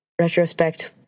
Retrospect